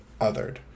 othered